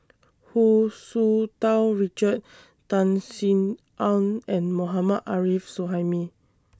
Hu Tsu Tau Richard Tan Sin Aun and Mohammad Arif Suhaimi